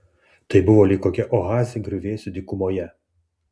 tai buvo lyg kokia oazė griuvėsių dykumoje